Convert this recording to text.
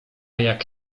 jak